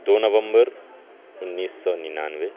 دو نومبر انیس سو ننانوے